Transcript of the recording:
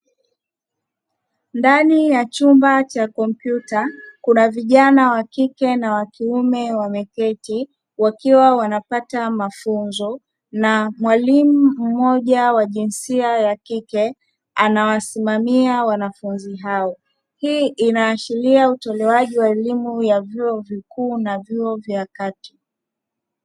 Ndani ya chumba cha kompyuta, kuna vijana wa kike na wa kiume wameketi, wakiwa wanapata mafunzo, na mwalimu mmoja wa jinsia ya kike anawasimamia wanafunzi hao. Hii inaashiria utoaji wa elimu ya vyuo vikuu na vyuo vya kati.